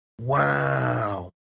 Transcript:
wow